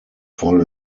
fall